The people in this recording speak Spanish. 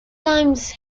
times